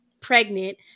pregnant